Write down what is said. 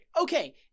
Okay